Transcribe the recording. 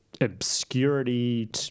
obscurity